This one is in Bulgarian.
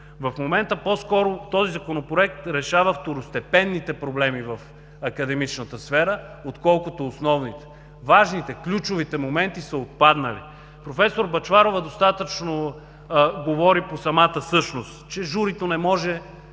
В момента по-скоро този Законопроект решава второстепенните проблеми в академичната сфера, отколкото основните. Важните, ключовите моменти са отпаднали. Професор Бъчварова достатъчно говори по самата същност – че не може